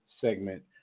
segment